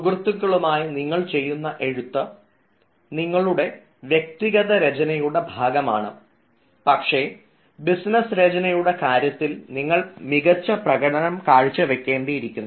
സുഹൃത്തുക്കളുമായി നിങ്ങൾ ചെയ്യുന്ന എഴുത്ത് നിങ്ങളുടെ വ്യക്തിഗത രചനയുടെ ഭാഗമാണ് പക്ഷേ ബിസിനസ്സ് രചനയുടെ കാര്യത്തിൽ നിങ്ങൾ മികച്ച പ്രകടനം കാഴ്ചവയ്ക്കേണ്ടിയിന്നു